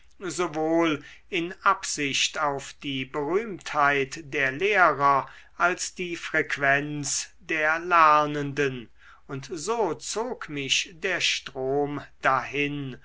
sowohl in absicht auf die berühmtheit der lehrer als die frequenz der lernenden und so zog mich der strom dahin